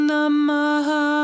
Namaha